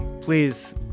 Please